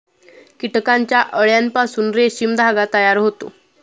कीटकांच्या अळ्यांपासून रेशीम धागा तयार होतो